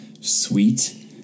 sweet